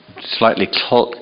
slightly